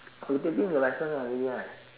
oh taking your licence already right